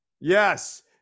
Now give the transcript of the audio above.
Yes